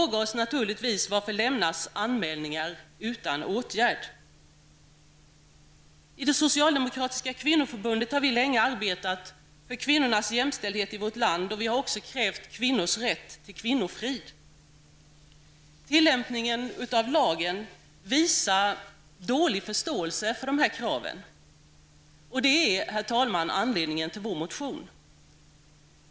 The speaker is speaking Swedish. I det socialdemokratiska kvinnoförbundet har vi länge arbetat för kvinnornas jämställdhet i vårt land, och vi har också krävt kvinnors rätt till kvinnofrid. Tillämpningen av lagen visar dålig förståelse för dessa krav. Det är, herr talman, anledningen till vår motion.